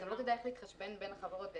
לא כדאי להתחשבן בין החברות.